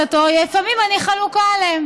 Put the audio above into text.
אני לרוב מקשיבה לעצתו, לפעמים אני חלוקה עליה.